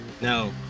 now